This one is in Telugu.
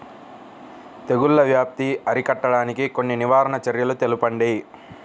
తెగుళ్ల వ్యాప్తి అరికట్టడానికి కొన్ని నివారణ చర్యలు తెలుపండి?